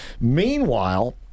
Meanwhile